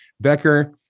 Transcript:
becker